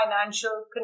financial